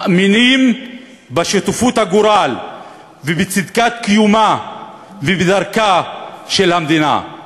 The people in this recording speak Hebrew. מאמינים בשותפות הגורל ובצדקת קיומה ובדרכה של המדינה.